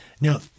Now